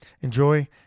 enjoy